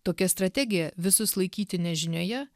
tokia strategija visus laikyti nežinioje